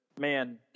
man